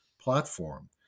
platform